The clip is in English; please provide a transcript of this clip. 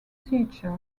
teacher